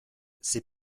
ces